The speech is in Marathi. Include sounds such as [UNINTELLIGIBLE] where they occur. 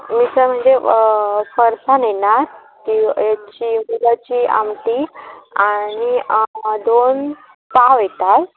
मिसळ म्हणजे फरसाण येणार ती एक शेव [UNINTELLIGIBLE] आमटी आणि दोन पाव येतात